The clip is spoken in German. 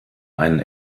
einen